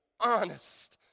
honest